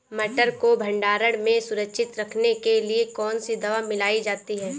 मटर को भंडारण में सुरक्षित रखने के लिए कौन सी दवा मिलाई जाती है?